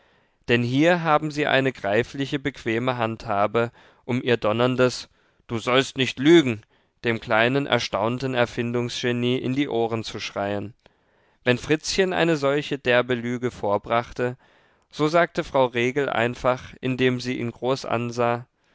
denn hier haben sie eine greifliche bequeme handhabe um ihr donnerndes du sollst nicht lügen dem kleinen erstaunten erfindungsgenie in die ohren zu schreien wenn fritzchen eine solche derbe lüge vorbrachte so sagte frau regel einfach indem sie ihn groß ansah